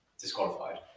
disqualified